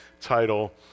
title